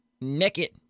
naked